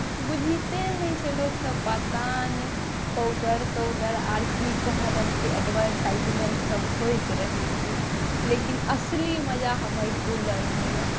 बुझिते नहि छै लोकसब पता नहि पाउडर ताउडर आओर की कहाँदन एडवरटाइजमेन्टसब होइत रहैए लेकिन असली मजा हमर कूलरमे अइ